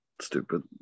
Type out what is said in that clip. stupid